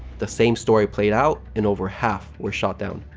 the same story played out and over half were shot down.